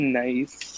nice